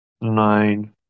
nine